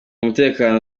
umutekano